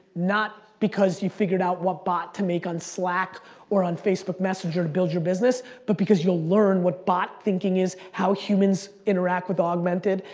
not because you figured out what bot to make on slack or on facebook messenger to build your business, but because you'll learn what bot thinking is, how humans interact with augmented,